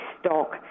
stock